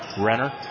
Renner